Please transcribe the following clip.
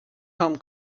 home